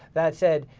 that said,